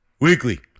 Weekly